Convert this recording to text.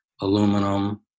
aluminum